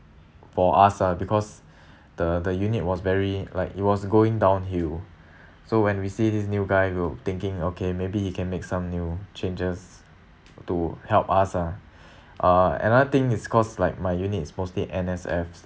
for us ah because the the unit was very like it was going downhill so when we see this new guy we were thinking okay maybe he can make some new changes to help us ah uh another thing is cause like my unit is mostly N_S_F